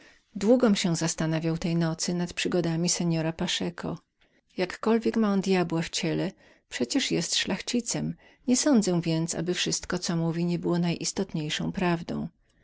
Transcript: długom się zastanawiał tej nocy nad przygodami pana paszeko jakkolwiek ma on djabła w ciele przecież jest szlachcicem nie sądzę więc aby wszystko co mówił nie było najistotniejszą prawdą